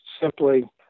simply